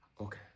Okay